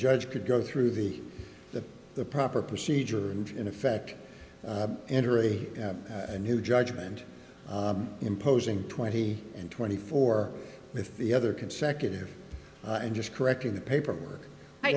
judge could go through the the the proper procedure and in effect entering a new judgment imposing twenty and twenty four with the other consecutive and just correcting the paperwork i